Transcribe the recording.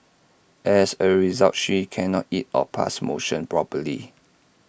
as A result she cannot eat or pass motion properly